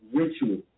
ritual